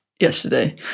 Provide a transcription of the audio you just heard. yesterday